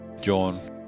John